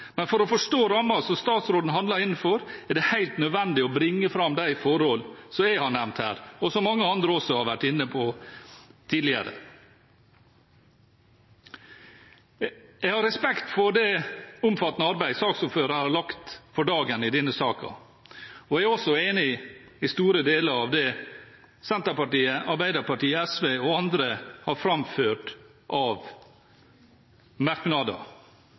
Men for å forstå rammene som statsråden handler innenfor, er det helt nødvendig å bringe fram de forhold som jeg har nevnt her, og som mange andre også har vært inne på tidligere. Jeg har respekt for det omfattende arbeid saksordføreren har lagt for dagen i denne saken, og jeg er også enig i store deler av det Senterpartiet, Arbeiderpartiet, SV og andre har framført av merknader.